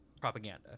propaganda